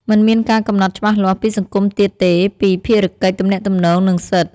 មិនមានការកំណត់ច្បាស់លាស់ ពីសង្គមទៀតទេពី ភារកិច្ច ទំនាក់ទំនង និង សិទ្ធិ។